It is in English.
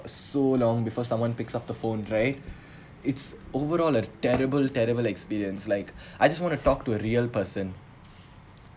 so long before someone picks up the phone right it's overall a terrible terrible experience like I just want to talk to a real person